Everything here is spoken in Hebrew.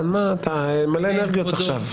אתה מלא אנרגיות עכשיו.